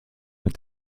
mit